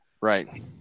right